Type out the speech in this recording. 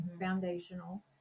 foundational